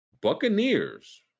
Buccaneers